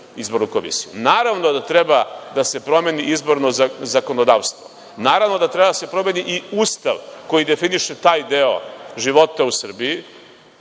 izbornu komisiju. Naravno da treba da se promeni izborno zakonodavstvo, naravno da treba da se promeni i Ustav koji definiše taj deo života u Srbiji,